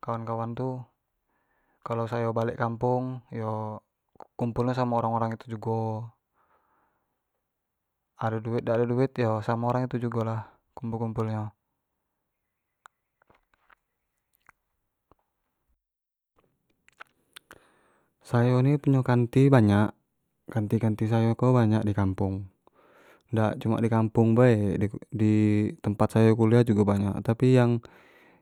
Kawan kawan tu kalo sayo balek kampung yo kumpul nyo samo orang orang tu jugo ado duit dak ado duit yo samo orang-orang tu jugo lah kumpul kumpul nyo sayo ni punyo kanti banyak, kanti kanti sayo ko banyak di kampung dak cuma di kampung bae, di di tempat sayo kuliah jugo banyak tapi yang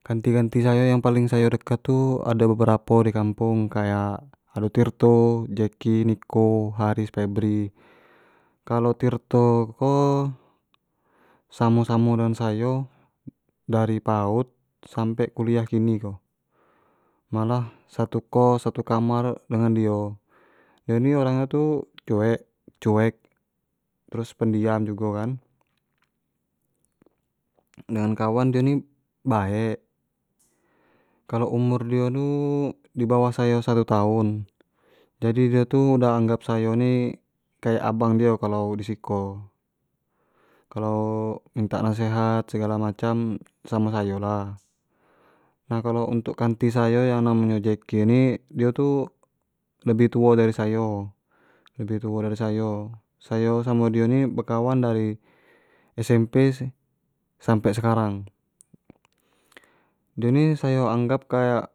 kanti kanti sayo yang paling sayo dekat tu ado beberapo di kampung, kayak ado tirto, jeki, niko, hari, pebri. Kalau tirto ko samo samo dengan sayo dari paud sampe kuliah kini ko malah satu kos, satu kamar dengan dio, dio ni orang nyo tu cuek cuek terus pendiam jugo kan dengan kawan dio ni baek kamu umur dio tu di bawah sayo satu tahun jadi dio tu susah anggap sayo ni kayak abang dio kalua disiko, kalua minta nasehat segalo macam samo sayo lah, nah kalau kanti sayo yang namo yo jeki ni dio tu lebih tuo dari sayo lebih tuo dari sayo, sayo samo dio ni bekawan dari SMP sih sampai sekarang, dio ini sayo anggap kayak.